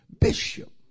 bishop